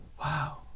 Wow